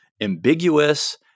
ambiguous